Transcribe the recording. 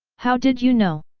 how did you know?